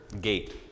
Gate